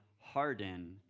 harden